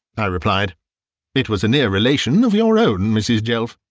i replied it was a near relation of your own, mrs. jelf.